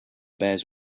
bears